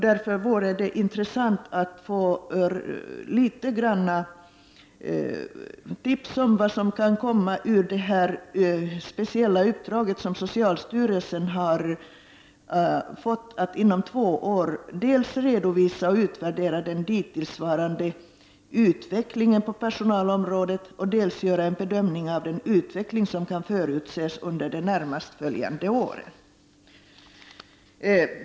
Därför vore det intressant att få litet tips om vad som kan komma ut av detta speciella uppdrag som socialstyrelsen har fått att inom två år dels redovisa och utvärdera den dittillsvarande utvecklingen på personalområdet, dels göra en bedömning av den utveckling som kan förutses under de närmast följande åren.